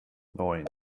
neun